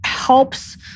helps